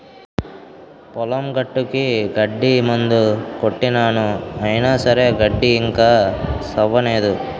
పొలం గట్టుకి గడ్డి మందు కొట్టినాను అయిన సరే గడ్డి ఇంకా సవ్వనేదు